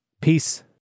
Peace